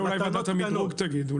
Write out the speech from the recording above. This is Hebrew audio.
את זה אולי ועדת המדרוג תגיד.